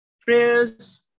prayers